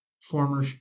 former